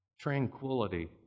tranquility